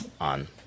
on